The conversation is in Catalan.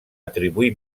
atribuir